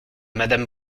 madame